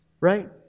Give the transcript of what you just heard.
Right